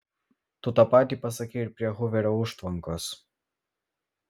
tu tą patį pasakei ir prie huverio užtvankos